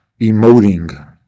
emoting